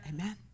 Amen